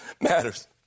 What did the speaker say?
matters